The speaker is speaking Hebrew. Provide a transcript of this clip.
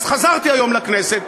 אז חזרתי היום לכנסת,